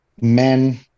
men